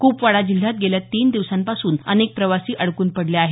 कूपवाडा जिल्ह्यात गेल्या तीन दिवसांपासून अनेक प्रवासी अडकून पडले आहेत